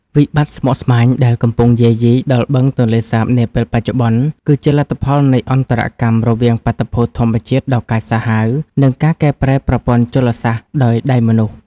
វិបត្តិស្មុគស្មាញដែលកំពុងយាយីដល់បឹងទន្លេសាបនាពេលបច្ចុប្បន្ន គឺជាលទ្ធផលនៃអន្តរកម្មរវាងបាតុភូតធម្មជាតិដ៏កាចសាហាវ និងការកែប្រែប្រព័ន្ធជលសាស្ត្រដោយដៃមនុស្ស។